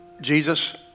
Jesus